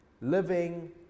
living